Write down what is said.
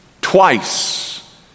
twice